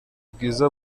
bwiza